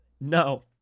No